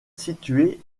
située